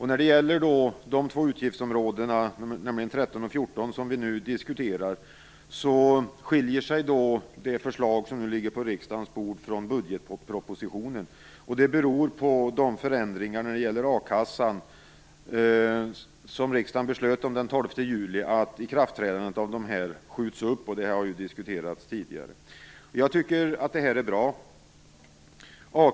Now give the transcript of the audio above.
När det gäller de två utgiftsområden som vi nu diskuterar, nämligen 13 och 14, skiljer sig det förslag som nu ligger på riksdagens bord från det i budgetpropositionen. Det beror på att de förändringar när det gäller a-kassan som riksdagen fattade beslut om den 12 juli skjuts upp, och det har ju diskuterats tidigare. Jag tycker att detta är bra.